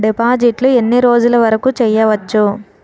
డిపాజిట్లు ఎన్ని రోజులు వరుకు చెయ్యవచ్చు?